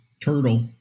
turtle